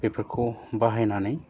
बेफोरखौ बाहायनानै